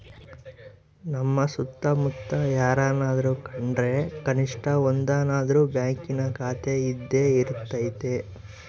ನಮ್ಮ ಸುತ್ತಮುತ್ತ ಯಾರನನ ತಾಂಡ್ರು ಕನಿಷ್ಟ ಒಂದನಾದ್ರು ಬ್ಯಾಂಕಿನ ಖಾತೆಯಿದ್ದೇ ಇರರ್ತತೆ